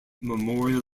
memorial